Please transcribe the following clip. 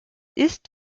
ist